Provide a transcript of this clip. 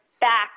back